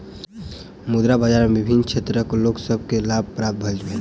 मुद्रा बाजार में विभिन्न क्षेत्रक लोक सभ के लाभ प्राप्त भेल